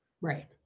Right